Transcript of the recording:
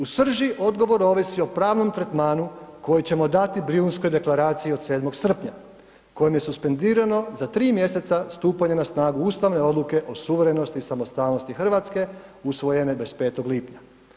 U srži odgovor ovisi o pravnom tretmanu koji ćemo dati Brijunskoj deklaraciji od 7. srpnja kojim je suspendirano za tri mjeseca stupanje na snagu ustavne odluke o suverenosti i samostalnosti Hrvatske usvojene 25. lipnja.